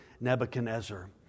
Nebuchadnezzar